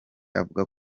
avuga